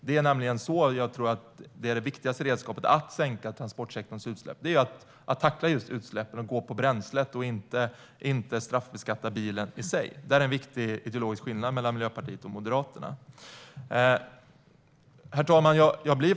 Det viktigaste redskapet för att sänka transportsektorns utsläpp är att tackla just utsläppen och gå på bränslet och inte straffbeskatta bilen i sig. Det är en viktig ideologisk skillnad mellan Miljöpartiet och Moderaterna. Herr talman!